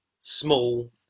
small